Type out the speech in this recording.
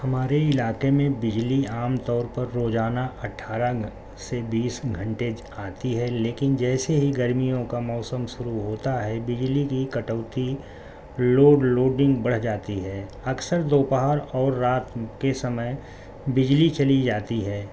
ہمارے علاقے میں بجلی عام طور پر روزانہ اٹھارہ سے بیس گھنٹےج آتی ہے لیکن جیسے ہی گرمیوں کا موسم سروع ہوتا ہے بجلی کی کٹوتی لوڈ لوڈنگ بڑھ جاتی ہے اکثر دوپہر اور رات کے سمے بجلی چلی جاتی ہے